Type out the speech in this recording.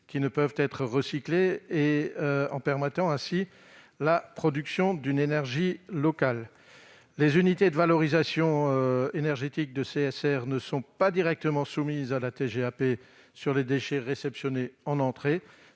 qui ne peuvent être recyclés et en permettant ainsi la production d'une énergie locale. Les unités de valorisation énergétique de CSR ne sont pas directement soumises à la TGAP sur les déchets réceptionnés en entrée.